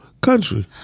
country